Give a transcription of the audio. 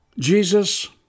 Jesus